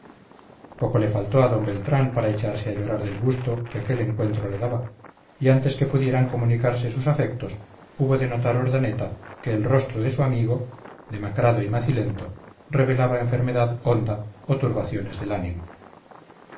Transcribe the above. poco le faltó a d beltrán para echarse a llorar del gusto que aquel encuentro le daba y antes que pudieran comunicarse sus afectos hubo de notar urdaneta que el rostro de su amigo demacrado y macilento revelaba enfermedad honda o turbaciones del ánimo